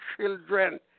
children